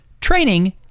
training